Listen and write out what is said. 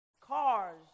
cars